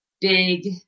big